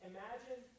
Imagine